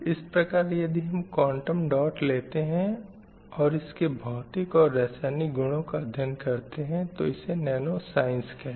इस प्रकार यदि हम क्वांटम डॉट लेते हैं और इसके भौतिक और रासायनिक गुनो का अध्ययन करते हैं तो इसे नैनो साइयन्स कहते है